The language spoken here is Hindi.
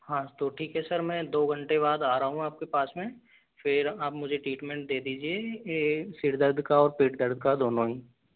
हाँ तो ठीक है सर मैं दो घंटे बाद आ रहा हूँ आपके पास में फिर आप मुझे ट्रीटमेंट दे दीजिए सिर दर्द का और पेट दर्द का दोनों ही